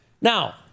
Now